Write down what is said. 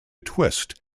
twist